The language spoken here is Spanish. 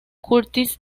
curtis